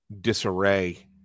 disarray